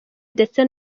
ndetse